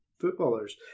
footballers